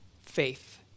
faith